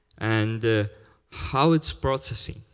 and how it's processed,